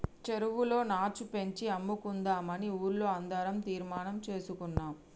చెరువులో నాచు పెంచి అమ్ముకుందామని ఊర్లో అందరం తీర్మానం చేసుకున్నాం